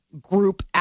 group